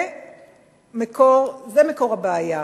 זה מקור הבעיה.